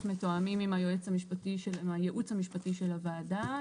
מתואמים עם הייעוץ המשפטי של הוועדה.